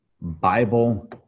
Bible